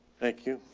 thank you.